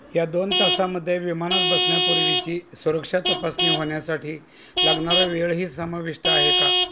या दोन तासामध्ये विमानात बसण्यापूर्वीची सुरक्षा तपासणी होण्यासाठी लागणारा वेळही समाविष्ट आहे का